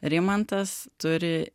rimantas turi